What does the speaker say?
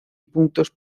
puntos